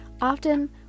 Often